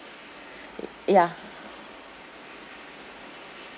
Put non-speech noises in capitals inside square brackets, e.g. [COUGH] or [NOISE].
[NOISE] ya